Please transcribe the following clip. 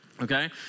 okay